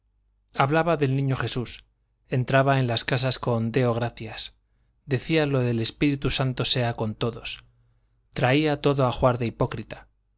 hablaba del niño jesús entraba en las casas con deo gracias decía lo del espíritu santo sea con todos traía todo ajuar de hipócrita